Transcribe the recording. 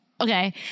okay